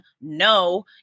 No